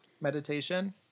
Meditation